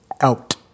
out